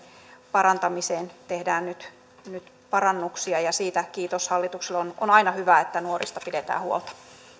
parantamiseen tehdään nyt nyt parannuksia ja siitä kiitos hallitukselle on on aina hyvä että nuorista pidetään huolta